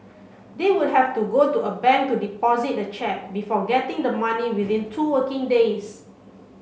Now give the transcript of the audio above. they would have to go to a bank to deposit the cheque before getting the money within two working days